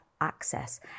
access